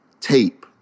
tape